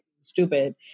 stupid